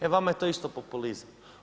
E vama je to isto populizam.